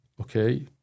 okay